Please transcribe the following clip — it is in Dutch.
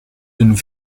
hun